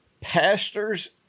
pastors